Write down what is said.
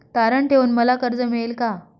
तारण ठेवून मला कर्ज मिळेल का?